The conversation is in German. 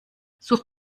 such